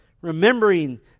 remembering